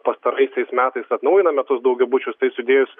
pastaraisiais metais atnaujinome tuos daugiabučius tai sudėjus